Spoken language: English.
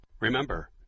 Remember